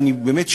אני באמת שואל,